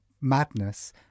madness